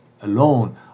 alone